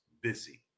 busy